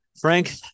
Frank